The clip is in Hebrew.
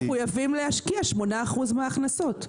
כי הם מחויבים להשקיע 8% מההכנסות.